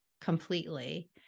completely